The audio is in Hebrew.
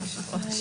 אני